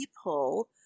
people